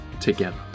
together